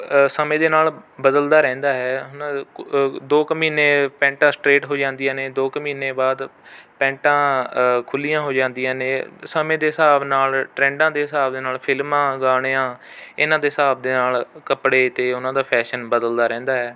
ਸਮੇਂ ਦੇ ਨਾਲ ਬਦਲਦਾ ਰਹਿੰਦਾ ਹੈ ਨ ਦੋ ਕੁ ਮਹੀਨੇ ਪੈਂਟਾਂ ਸਟਰੇਟ ਹੋ ਜਾਂਦੀਆ ਨੇ ਦੋ ਕੁ ਮਹੀਨੇ ਬਾਅਦ ਪੈਂਟਾਂ ਖੁੱਲ੍ਹੀਆਂ ਹੋ ਜਾਂਦੀਆਂ ਨੇ ਸਮੇਂ ਦੇ ਹਿਸਾਬ ਦੇ ਨਾਲ ਟਰੈਂਡਾਂ ਦੇ ਹਿਸਾਬ ਦੇ ਨਾਲ ਫਿਲਮਾਂ ਗਾਣਿਆਂ ਇਹਨਾਂ ਦੇ ਹਿਸਾਬ ਦੇ ਨਾਲ ਕੱਪੜੇ ਅਤੇ ਉਹਨਾਂ ਦਾ ਫੈਸ਼ਨ ਬਦਲਦਾ ਰਹਿੰਦਾ ਹੈ